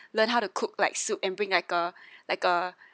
learn how to cook like soup and bring like a like a